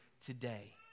today